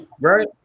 right